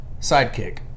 sidekick